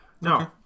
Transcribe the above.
No